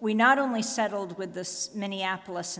we not only settled with this minneapolis